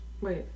wait